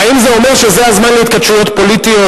האם זה אומר שזה הזמן להתכתשויות פוליטיות?